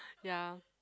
ya